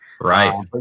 Right